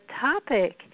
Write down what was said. topic